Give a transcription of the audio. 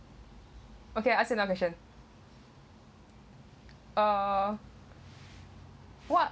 okay iask you another question err what